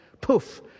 Poof